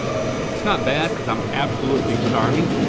it's not bad cause i'm absolutely starving.